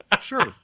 sure